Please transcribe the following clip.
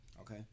Okay